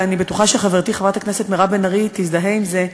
ואני בטוחה שחברתי חברת הכנסת מירב בן ארי תזדהה עם זה: